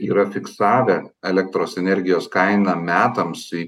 yra fiksavę elektros energijos kainą metams į